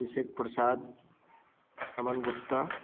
Abhishek Prasad Aman Gupta